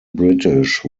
british